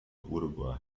uruguay